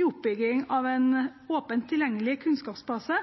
i oppbygging av en åpent tilgjengelig kunnskapsbase